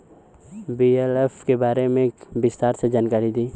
BLF के बारे में विस्तार से जानकारी दी?